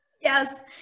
Yes